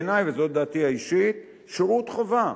בעיני, וזו דעתי האישית, שירות חובה,